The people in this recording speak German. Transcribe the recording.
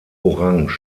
orange